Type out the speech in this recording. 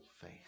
faith